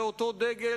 זה אותו דגל,